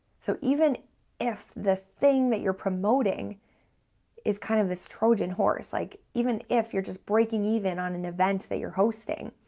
so even if the thing that you're promoting is kind of this trojan horse, like even if you're just breaking even on an event that you're hosting,